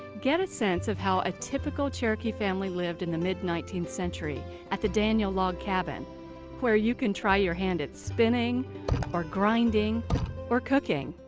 get a sense of how a typical cherokee family lived in the mid nineteenth century at the daniel log cabin where you can try your hand at spinning or grinding or cooking.